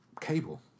Cable